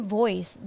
voice